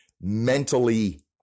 mentally